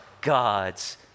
God's